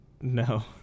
No